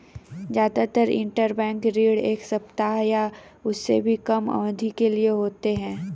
जादातर इन्टरबैंक ऋण एक सप्ताह या उससे भी कम अवधि के लिए होते हैं